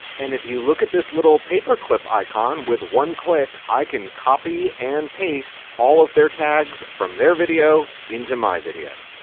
and if you look at this little paperclip icon with one click i can copy and paste all of their tags from their video into my video.